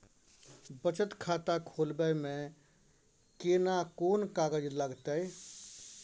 बचत खाता खोलबै में केना कोन कागज लागतै?